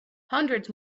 hundreds